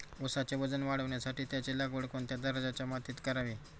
ऊसाचे वजन वाढवण्यासाठी त्याची लागवड कोणत्या दर्जाच्या मातीत करावी?